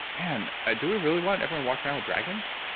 and ah do we really want everyone walking around with dragons?